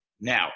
Now